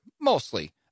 mostly